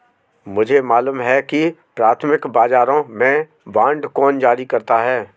मुझे मालूम है कि प्राथमिक बाजारों में बांड कौन जारी करता है